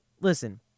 Listen